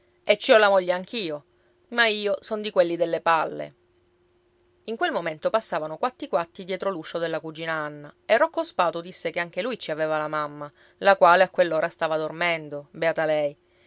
e ci ho la moglie anch'io ma io son di quelli delle palle in quel momento passavano quatti quatti dietro l'uscio della cugina anna e rocco spatu disse che anche lui ci aveva la mamma la quale a quell'ora stava dormendo beata lei